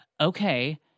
Okay